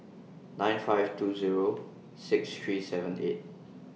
nine five two Zero six three seven eight